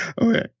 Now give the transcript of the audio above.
Okay